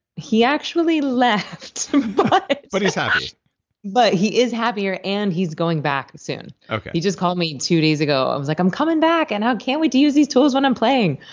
he actually left but but he's happy but he is happier, and he's going back soon okay he just called me two days ago and was like, i'm coming back. i and can't wait to use these tools when i'm playing.